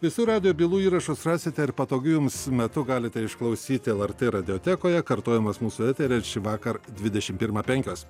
visų radijo bylų įrašus rasite ir patogiu jums metu galite išklausyti lrt radiotekoje kartojamas mūsų eteryje ir šįvakar dvidešimt pirmą penkios